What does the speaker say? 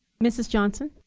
mrs. johnson.